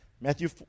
Matthew